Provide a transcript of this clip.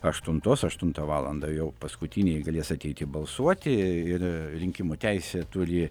aštuntos aštuntą valandą jau paskutiniai galės ateiti balsuoti ir rinkimų teisę turi